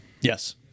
Yes